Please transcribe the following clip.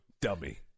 dummy